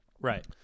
Right